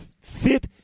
fit